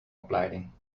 opleiding